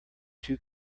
too